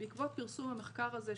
בעקבות פרסום המחקר הזה,